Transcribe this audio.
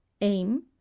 Aim